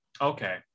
okay